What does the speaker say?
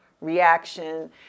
reaction